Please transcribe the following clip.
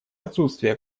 отсутствия